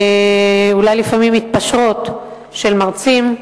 אולי לפעמים מתפשרות, של מרצים.